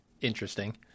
Interesting